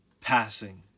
passing